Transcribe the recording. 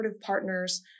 partners